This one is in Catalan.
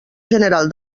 general